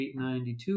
892